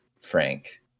Frank